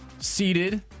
seated